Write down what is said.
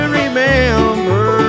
remember